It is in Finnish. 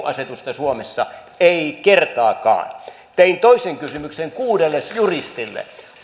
asetusta suomessa ei kertaakaan tein toisen kysymyksen kuudelle juristille